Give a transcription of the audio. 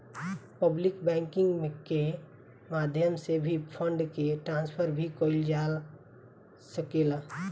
public banking के माध्यम से भी फंड के ट्रांसफर भी कईल जा सकेला